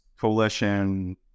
coalition